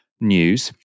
News